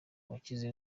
wakize